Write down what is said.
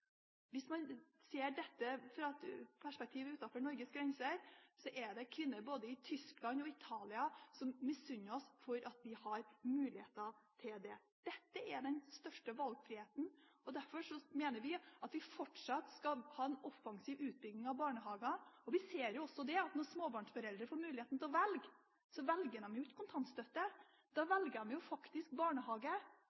Hvis man ser dette i et perspektiv utenfor Norges grenser, er kvinner i både Tyskland og Italia misunnelige på oss fordi vi har muligheter til det. Dette er den største valgfriheten. Derfor mener vi at vi fortsatt skal ha en offensiv utbygging av barnehager. Vi ser også at når småbarnsforeldre får muligheten til å velge, velger de ikke kontantstøtte. Da